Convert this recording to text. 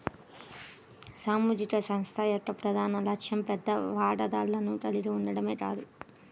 సామాజిక సంస్థ యొక్క ప్రధాన లక్ష్యం పెద్ద వాటాదారులను కలిగి ఉండటమే కాదు